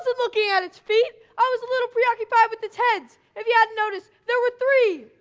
so looking at its feet. i was a little preoccupied with its heads. if you hadn't noticed, there were three.